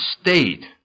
state